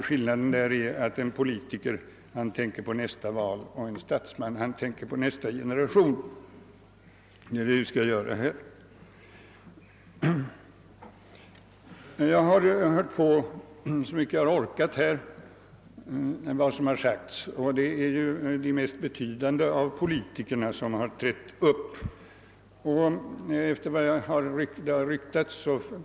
Skillnaden är den att en politiker tänker på nästa val medan en statsman tänker på nästa generation, och det är det senare vi måste lära oss att göra här i riksdagen. Jag har så långt jag orkat lyssnat till vad som sagts i debatten, där de mest betydande av politikerna har uppträtt.